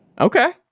Okay